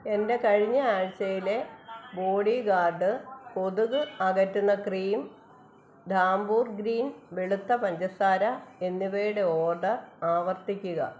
എന്റെകഴിഞ്ഞ ആഴ്ചയിലെ bodyguard കൊതുക് അകറ്റുന്ന ക്രീം ധാംപൂർ ഗ്രീൻ വെളുത്ത പഞ്ചസാര എന്നിവയുടെ ഓർഡർ ആവർത്തിക്കുക